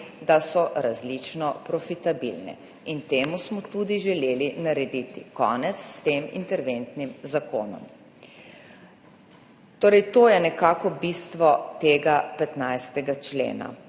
da so različno profitabilne. Temu smo tudi želeli narediti konec s tem interventnim zakonom. To je nekako bistvo tega 15. člena.